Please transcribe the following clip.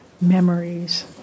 memories